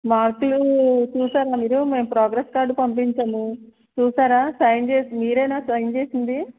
మార్కులు చూసారా మీరు మేం ప్రోగ్రెస్ కార్డు పంపించాము చూసారా సైన్ చేసి మీరేనా సైన్ చేసింది